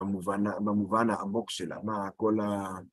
ממובן העמוק שלה, מה כל ה...